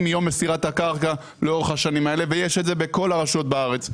מיום מסירת הקרקע לאורך השנים האלה ויש את זה בכל הרשויות בארץ.